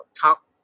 talk